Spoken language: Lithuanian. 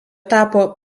tapo